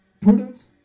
prudence